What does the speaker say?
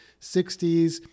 60s